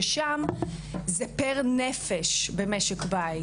ששם זה פר נפש במשק בית,